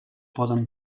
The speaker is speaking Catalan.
poden